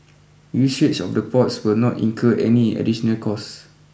usage of the ports will not incur any additional costs